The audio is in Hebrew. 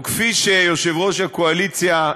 או כפי שיושב-ראש הקואליציה,